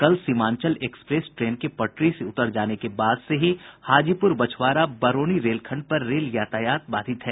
कल Seemanchal express train के पटरी से उतर जाने के बाद से ही हाजीपुर बछवाड़ा बरौनी रेलखंड पर रेल यातायात बाधित है